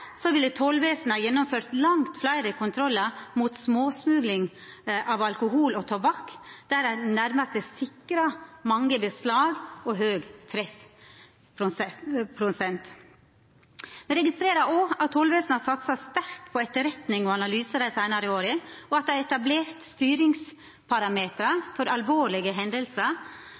ville tollvesenet ha gjennomført langt fleire kontrollar med omsyn til småsmugling av alkohol og tobakk, der ein nærmast er sikra mange beslag og høg treffprosent. Eg registrerer òg at tollvesenet har satsa sterkt på etterretning og analyse dei seinare åra, at dei har etablert styringsparametrar for